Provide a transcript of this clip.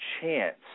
chance